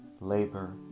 Labor